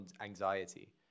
anxiety